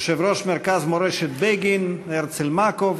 יושב-ראש מרכז מורשת בגין הרצל מקוב,